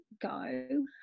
go